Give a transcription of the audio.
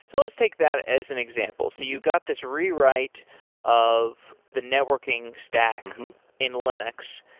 so let's take that as an example. so you got this rewrite of the networking stack in linux.